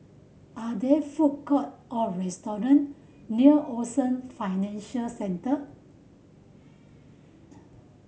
are there food court or restaurant near Ocean Financial Centre